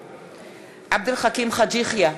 בעד עבד אל חכים חאג' יחיא,